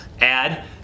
add